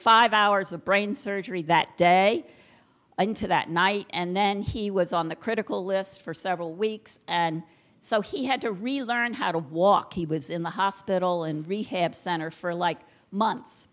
five hours of brain surgery that day into that night and then he was on the critical list for several weeks and so he had to really learn how to walk he was in the hospital and rehab center for like months